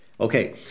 Okay